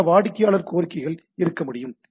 பல வாடிக்கையாளர் கோரிக்கைகள் இருக்க முடியும்